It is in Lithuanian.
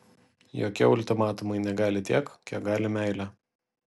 jokie ultimatumai negali tiek kiek gali meilė